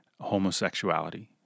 homosexuality